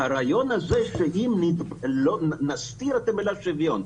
שאומר שאם נסתיר את המילה "שוויון",